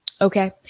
Okay